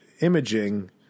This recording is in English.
imaging